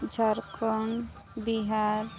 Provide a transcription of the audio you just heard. Jharkhand Bihar